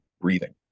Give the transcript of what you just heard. breathing